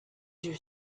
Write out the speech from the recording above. you